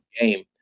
game